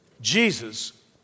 Jesus